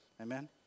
Amen